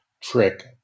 trick